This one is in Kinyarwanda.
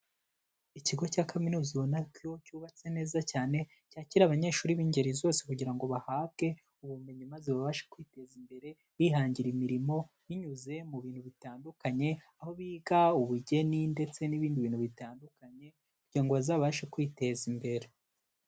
Ikigo cya kaminuza ubona ko cyubatse neza cyane, cyakira abanyeshuri b'ingeri zose kugira ngo bahabwe ubumenyi maze babashe kwiteza imbere bihangira imirimo binyuze mu bintu bitandukanye, aho biga ubugeni ndetse n'ibindi bintu bitandukanye kugira ngo bazabashe kwiteza imbere.